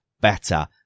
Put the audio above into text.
better